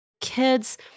Kids